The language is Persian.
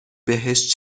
بهش